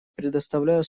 предоставляю